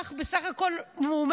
האזרח אומר: